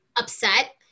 upset